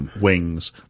wings